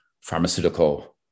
pharmaceutical